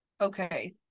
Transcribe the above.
okay